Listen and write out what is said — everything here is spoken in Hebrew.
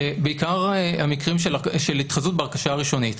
בעיקר המקרים של התחזות בהרכשה הראשונית.